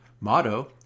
motto